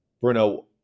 Bruno